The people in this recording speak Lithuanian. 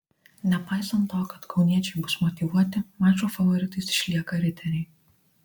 nepaisant to kad kauniečiai bus motyvuoti mačo favoritais išlieka riteriai